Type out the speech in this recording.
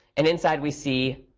and inside we see